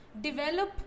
develop